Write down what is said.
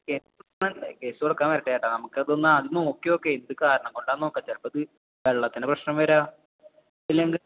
case ഒന്നുമല്ല case കൊടുക്കാൻ വരട്ടെ ചേട്ടാ നമുക്കിതൊന്നു ആദ്യം നോക്കിനോക്കാം എന്തുകാരണം കൊണ്ടാണെന്ന് നോക്കാം ചിലപ്പോൾ ഇത് വെള്ളത്തിൻറെ പ്രശ്നം വരാം ഇല്ലെങ്കിൽ